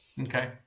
okay